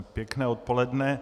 Pěkné odpoledne.